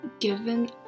given